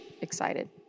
excited